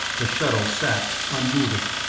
the shuttle sat unmoving.